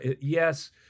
yes